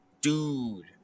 dude